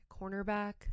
cornerback